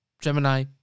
Gemini